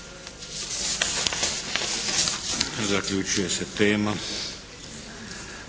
Zaključuje se tema.